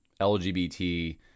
LGBT